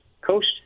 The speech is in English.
Coast